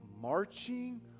marching